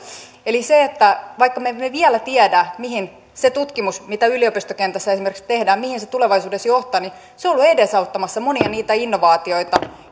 eli vaikka me emme vielä tiedä mihin se tutkimus mitä esimerkiksi yliopistokentässä tehdään tulevaisuudessa johtaa niin se on ollut edesauttamassa monia niitä innovaatioita